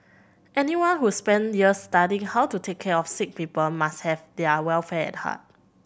anyone who spend years studying how to take care of sick people must have their welfare at heart